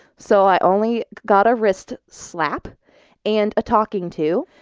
so i only got a wrist slap and a talking to.